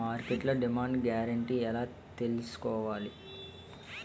మార్కెట్లో demand guarantee ఎలా తెల్సుకోవాలి?